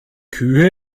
kühe